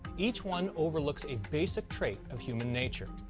each one overlooks a basic trait of human nature.